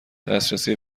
دسترسی